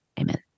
Amen